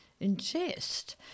ingest